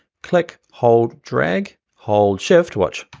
click hold, drag, hold shift watch,